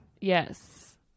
Yes